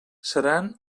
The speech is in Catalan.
seran